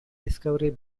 discovery